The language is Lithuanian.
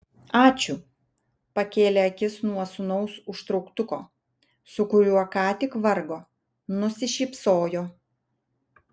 ačiū pakėlė akis nuo sūnaus užtrauktuko su kuriuo ką tik vargo nusišypsojo